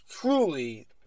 truly